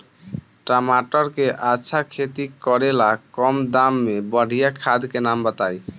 टमाटर के अच्छा खेती करेला कम दाम मे बढ़िया खाद के नाम बताई?